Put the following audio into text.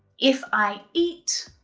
if i eat.